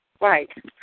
right